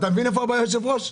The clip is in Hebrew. אתה מבין איפה הבעיה, היושב-ראש?